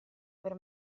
aver